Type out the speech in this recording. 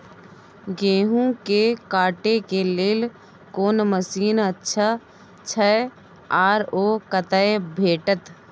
गेहूं के काटे के लेल कोन मसीन अच्छा छै आर ओ कतय भेटत?